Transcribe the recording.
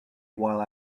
while